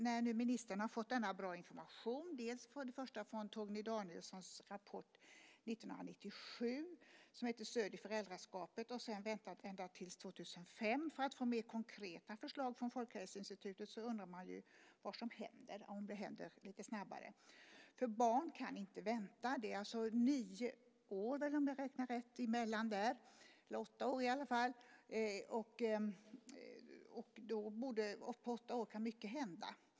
När nu ministern har fått så bra information, först från Torgny Danielssons rapport 1997 som heter Stöd i föräldraskapet och sedan väntat ända till 2005 för att få mer konkreta förslag från Folkhälsoinstitutet, undrar man vad som händer och om det händer lite snabbare. Barn kan inte vänta. Det har gått åtta år. På åtta år kan mycket hända.